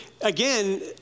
Again